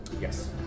Yes